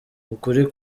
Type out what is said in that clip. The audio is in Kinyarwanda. ukuri